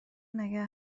نگه